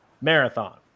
Marathon